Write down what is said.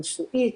רפואית,